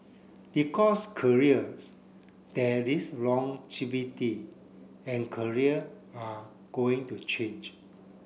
because careers there is longevity and career are going to change